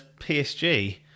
PSG